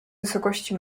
wysokości